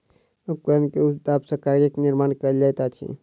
उपकरण के उच्च दाब सॅ कागजक निर्माण कयल जाइत अछि